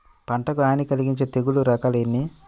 పంటకు హాని కలిగించే తెగుళ్ళ రకాలు ఎన్ని?